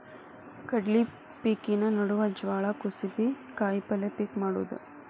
ಕಡ್ಲಿ ಪಿಕಿನ ನಡುವ ಜ್ವಾಳಾ, ಕುಸಿಬಿ, ಕಾಯಪಲ್ಯ ಪಿಕ್ ಮಾಡುದ